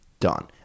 done